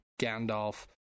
Gandalf